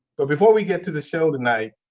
but before we get to the show tonight,